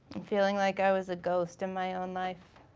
feeling like i was a ghost in my own life.